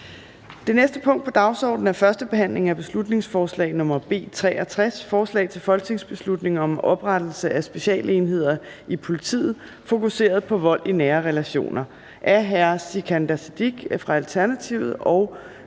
Det næste punkt på dagsordenen er: 5) 1. behandling af beslutningsforslag nr. B 63: Forslag til folketingsbeslutning om oprettelse af specialenheder i politiet fokuseret på vold i nære relationer. Af Sikandar Siddique (ALT) og